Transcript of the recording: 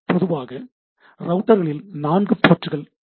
பொதுவாக ரௌட்டர்களில் 4 போர்ட் காணப்படும்